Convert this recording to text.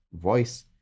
voice